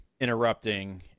interrupting